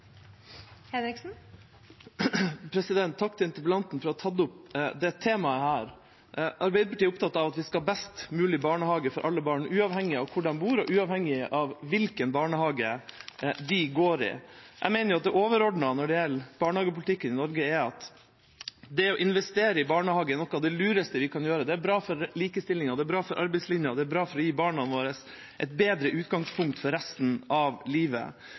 opptatt av at vi skal ha best mulig barnehage for alle barn, uavhengig av hvor de bor, og uavhengig av hvilken barnehage de går i. Jeg mener at det overordnede når det gjelder barnehagepolitikken i Norge, er at det å investere i barnehage er noe av det lureste vi kan gjøre. Det er bra for likestillingen, det er bra for arbeidslinja og det er bra for å gi barna våre et bedre utgangspunkt for resten av livet.